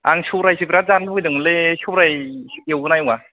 आं सौरायसो बिराद जानो लुगैदोंमोनलै सौराय एवगोना एवा